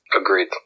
Agreed